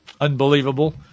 unbelievable